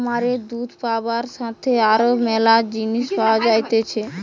খামারে দুধ পাবার সাথে আরো ম্যালা জিনিস পাওয়া যাইতেছে